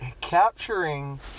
capturing